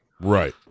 right